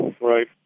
right